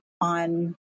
on